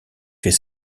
fait